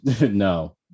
no